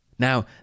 Now